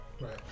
Right